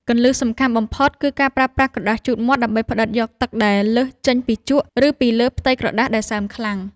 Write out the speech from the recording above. គន្លឹះសំខាន់បំផុតគឺការប្រើប្រាស់ក្រដាសជូតមាត់ដើម្បីផ្តិតយកទឹកដែលលើសចេញពីជក់ ឬ ពីលើផ្ទៃក្រដាសដែលសើមខ្លាំង។